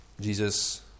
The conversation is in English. Jesus